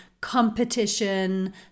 competition